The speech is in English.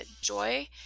joy